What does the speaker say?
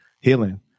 healing